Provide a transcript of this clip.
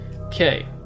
Okay